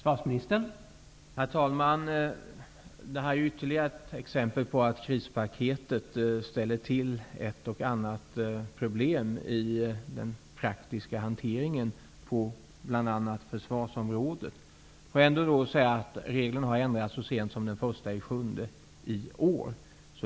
Herr talman! Det här är ytterligare ett exempel på att krispaketet ställer till ett och annat problem i den praktiska hanteringen på bl.a. försvarsområdet. Regeln har dock ändrats så sent som den 1 juli i år.